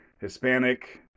Hispanic